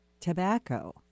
tobacco